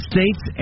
States